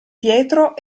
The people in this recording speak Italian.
pietro